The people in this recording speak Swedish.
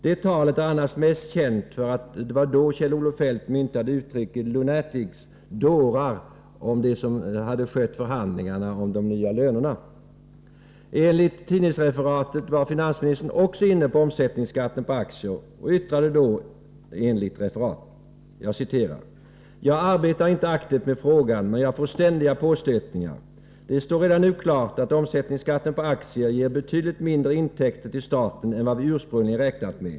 Det talet är annars mest känt för att det var då Kjell-Olof Feldt myntade utrycket ”lunatics”, dårar, om dem som hade skött förhandlingarna om de nya lönerna. Enligt tidningsreferaten var finansministern också inne på omsättningsskatten på aktier och yttrade då, enligt referaten: ”Jag arbetar inte aktivt med frågan, men jag får ständiga påstötningar. Det står redan nu klart att omsättningsskatten på aktier ger betydligt mindre intäkter till staten än vad vi ursprungligen räknat med.